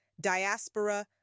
diaspora